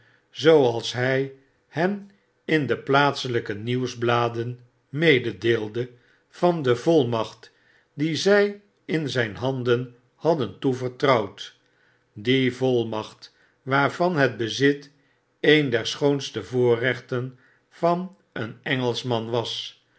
zooals hij hen in de plaatselijke nieuwsbladen mededeelde van de volmacht die zij in zijn handen hadden toevertrouwd die volmacht waarvan het bezit een der schoonste voorrechten van een engelschman was